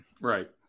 right